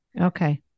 Okay